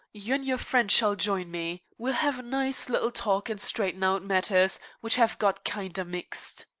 you and your friend shall join me. we'll have a nice little talk and straighten out matters, which have got kinder mixed.